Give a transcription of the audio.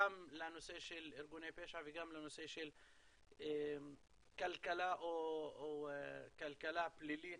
גם לנושא של ארגוני פשע וגם לנושא של כלכלה או כלכלה פלילית,